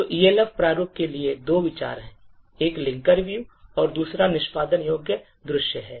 तो Elf प्रारूप के लिए दो विचार हैं एक linker view है और दूसरा निष्पादन योग्य दृश्य है